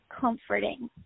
comforting